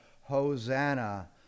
Hosanna